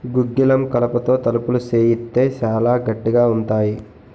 గుగ్గిలం కలపతో తలుపులు సేయిత్తే సాలా గట్టిగా ఉంతాయి